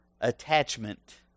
attachment